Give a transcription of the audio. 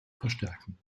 verstärken